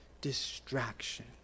distraction